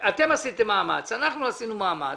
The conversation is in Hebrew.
אתם עשיתם מאמץ, אנחנו עשינו מאמץ,